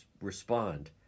respond